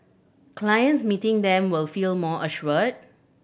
clients meeting them will feel more assured